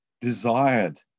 desired